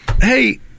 hey